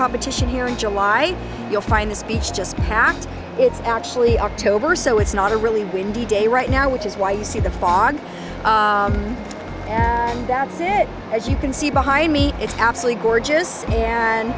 competition here in july you'll find this beach just packed it's actually october so it's not a really windy day right now which is why you see the fog and that's it as you can see behind me it's absolutely gorgeous and